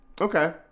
Okay